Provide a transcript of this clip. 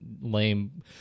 lame